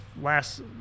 last